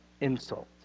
insult